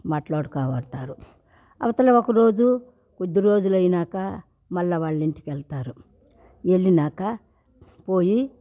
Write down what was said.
మాట్లాడుకోవట్టారు అవతల ఒక రోజు కొద్ది రోజులైనాక మళ్ళ వాళ్ళింటికెళ్తారు వెళ్ళినాక పోయి